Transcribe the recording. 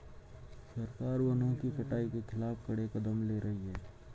सरकार वनों की कटाई के खिलाफ कड़े कदम ले रही है